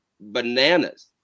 bananas